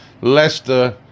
Leicester